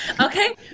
Okay